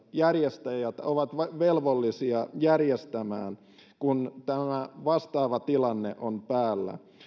järjestäjät ovat velvollisia järjestämään kun tämä vastaava tilanne on päällä